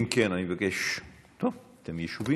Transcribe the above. אם כן, אני מבקש, טוב, אתם ישובים.